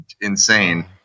insane